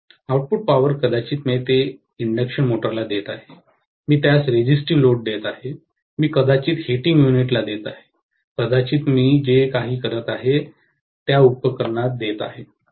output power कदाचित मी ते इंडक्शन मोटरला देत आहे मी त्यास रेझिस्टिव्ह लोड देत आहे मी कदाचित हीटिंग युनिटला देत आहे कदाचित मी जे काही करत आहे त्या उपकरणात देत आहे